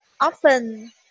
often